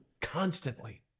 constantly